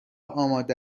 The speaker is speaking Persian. آماده